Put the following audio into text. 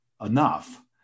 enough